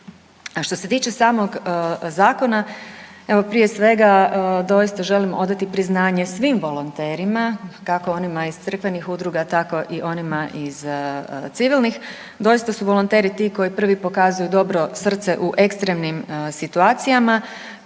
što se tiče samog zakona, evo prije svega doista želim odati priznanje svim volonterima, kako onima iz crkvenih udruga tako i onima iz civilnih. Doista su volonteri ti koji prvi pokazuju dobro srce u ekstremnim situacijama.